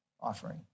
offering